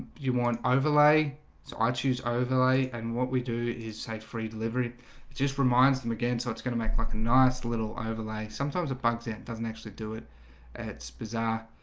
you want overlay so i choose overlay and what we do is say free delivery just reminds them again. so it's going to make like a nice little overlay. sometimes a bugs in it doesn't actually do it it's bizarre